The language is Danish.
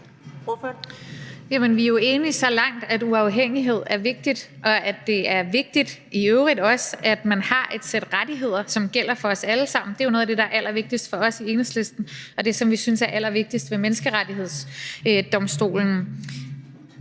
vi er jo enige så langt, at uafhængighed er vigtigt, og at det i øvrigt også er vigtigt, at man har et sæt rettigheder, som gælder for os alle sammen. Det er jo noget af det, der er allervigtigst for os i Enhedslisten, og det, som vi synes er allervigtigst ved Menneskerettighedsdomstolen.